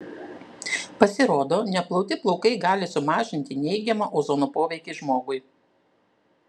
pasirodo neplauti plaukai gali sumažinti neigiamą ozono poveikį žmogui